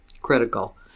critical